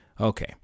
Okay